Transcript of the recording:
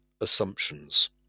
assumptions